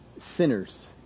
sinners